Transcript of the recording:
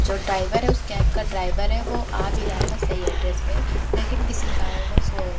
जो ड्राइवर है उस कैब का ड्राइवर है वो आ भी रहा था सही एड्रेस पर लेकिन किसी कारणवश वो